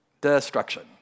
destruction